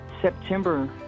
september